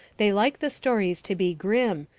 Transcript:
they like the stories to be grim,